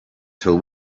till